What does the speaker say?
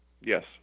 Yes